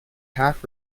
half